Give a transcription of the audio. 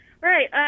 Right